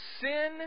Sin